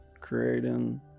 Creating